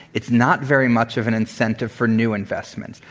it's not very much of an incentive for new investments.